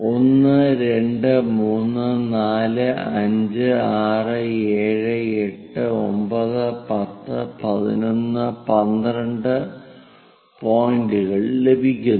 1 2 3 4 5 6 7 8 9 10 11 12 പോയിന്ററുകൾ ലഭിക്കുന്നു